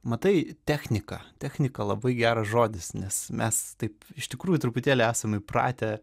matai technika technika labai geras žodis nes mes taip iš tikrųjų truputėlį esam įpratę